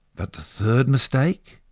but the third mistake,